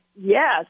yes